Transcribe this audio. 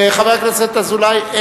חבר הכנסת אזולאי,